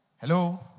Hello